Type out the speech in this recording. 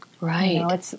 Right